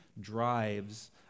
drives